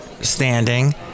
standing